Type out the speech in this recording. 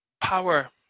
Power